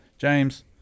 james